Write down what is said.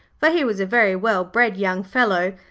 for he was a very well-bred young fellow,